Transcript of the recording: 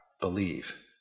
believe